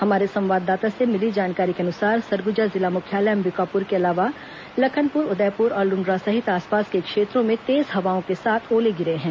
हमारे संवाददाता से मिली जानकारी के अनुसार सरगुजा जिला मुख्यालय अंबिकापुर के अलावा लखनपुर उदयपुर और लुण्ड्रा सहित आसपास के क्षेत्रों में तेज हवाओं के साथ ओले गिरे हैं